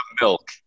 milk